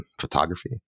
photography